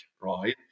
right